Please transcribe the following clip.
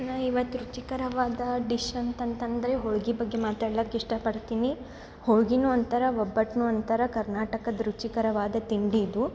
ನಾ ಇವತ್ತು ರುಚಿಕರವಾದ ಡಿಶ್ ಅಂತಂತಂತಂದರೆ ಹೋಳ್ಗೆ ಬಗ್ಗೆ ಮಾತಾಡ್ಲಿಕ್ ಇಷ್ಟಪಡ್ತಿನಿ ಹೋಳ್ಗಿ ಅಂತಾರ ಒಬ್ಬಟ್ಟು ಅಂತಾರ ಕರ್ನಾಟಕದ ರುಚಿಕರವಾದ ತಿಂಡಿ ಇದು